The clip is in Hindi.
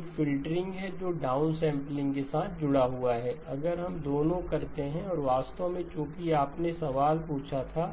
एक फ़िल्टरिंग है जो डाउन सैंपलिंग के साथ जुड़ा हुआ है अगर हम दोनों करते हैं और वास्तव में चूंकि आपने सवाल पूछा था